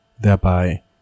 thereby